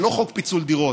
זה לא חוק פיצול דירות,